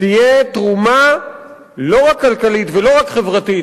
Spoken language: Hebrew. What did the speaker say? תהיה תרומה לא רק כלכלית ולא רק חברתית